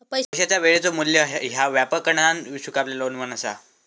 पैशाचा वेळेचो मू्ल्य ह्या व्यापकपणान स्वीकारलेलो अनुमान असा